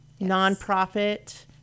Nonprofit